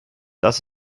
das